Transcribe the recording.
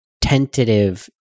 tentative